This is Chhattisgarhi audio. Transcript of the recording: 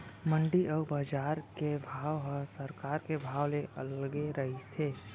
मंडी अउ बजार के भाव ह सरकार के भाव ले अलगे रहिथे